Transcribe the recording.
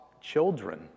children